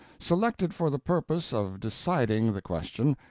selected for the purpose of deciding the question,